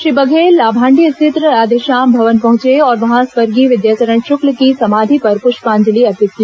श्री बघेल लाभांडी स्थित राधेश्याम भवन पहुंचे और वहां स्वर्गीय विद्याचरण शुक्ल की समाधि पर प्रष्पांजलि अर्पित की